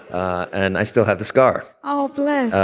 and i still have the scar. oh, bless.